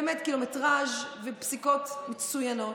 באמת, קילומטרז' ופסיקות מצוינות.